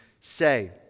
say